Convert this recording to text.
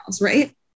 right